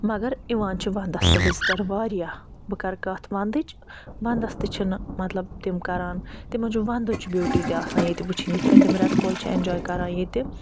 مگر یِوان چھِ وَنٛدَس تہِ وِزِٹَر واریاہ بہٕ کَرٕ کَتھ وَنٛدٕچ وَندَس تہِ چھِنہٕ مطلب تِم کران تِمَن چھُ وَنٛدٕچ بیوٗٹی تہِ آسان ییٚتہِ وٕچھِنۍ یِتھ کَنہِ تِم رٮ۪تہٕ کول چھِ اٮ۪نجاے کران ییٚتہِ